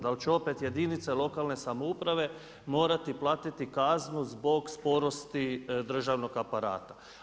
Da li će opet jedinice lokalne samouprave morati platiti kaznu zbog sporosti državnog aparata?